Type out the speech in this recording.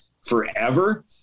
forever